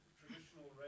traditional